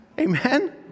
Amen